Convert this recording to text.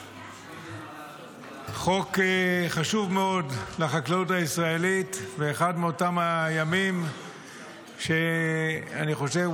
חוק חשוב מאוד לחקלאות הישראלית ואחד מאותם הימים שאני חושב,